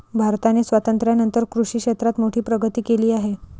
भारताने स्वातंत्र्यानंतर कृषी क्षेत्रात मोठी प्रगती केली आहे